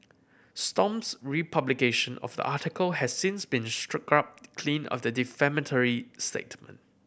stomp's republication of the article has since been clean of the defamatory statement